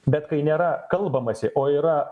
bet kai nėra kalbamasi o yra